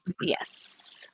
Yes